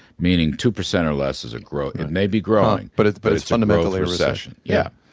meaning two percent or less is growth. it may be growing but it's but it's fundamentally recession yeah,